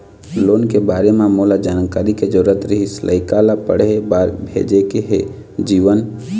loan के बारे म मोला जानकारी के जरूरत रीहिस, लइका ला पढ़े बार भेजे के हे जीवन